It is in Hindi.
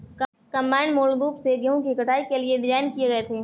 कंबाइन मूल रूप से गेहूं की कटाई के लिए डिज़ाइन किए गए थे